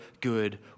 good